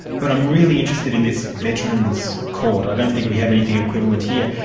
but i'm really interested in this veterans' court. i don't think we have anything equivalent here.